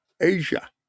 asia